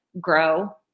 grow